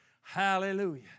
Hallelujah